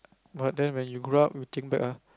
but then when you grow up you think back ah